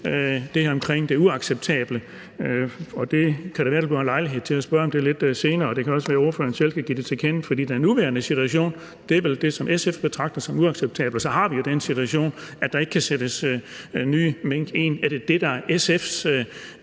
det her med det uacceptable, men det kan da være, der bliver en lejlighed til at spørge om det lidt senere. Det kan også være, at ordføreren selv kan give sig til kende med det, for den nuværende situation er vel det, som SF betragter som uacceptabelt. Og så har vi jo den situation, at der ikke kan sættes nye mink ind. Er det det, der er SF's